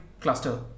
cluster